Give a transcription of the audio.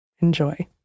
Enjoy